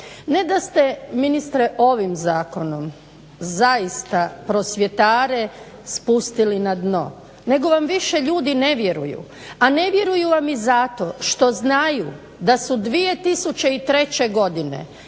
Ne da ste ministre ovim zakonom zaista prosvjetare spustili na dno nego vam više ljudi ne vjeruju. A ne vjeruju vam i zato što znaju da su 2003. godine,